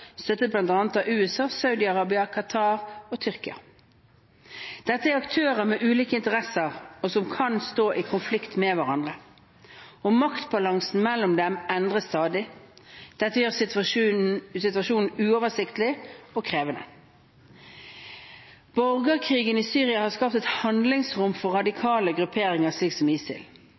støttet bl.a. av USA, Saudi-Arabia, Qatar og Tyrkia. Dette er aktører med ulike interesser som kan stå i konflikt med hverandre, og maktbalansen mellom dem endres stadig. Dette gjør situasjonen uoversiktlig og krevende. Borgerkrigen i Syria har skapt et handlingsrom for radikale grupperinger, slik som ISIL,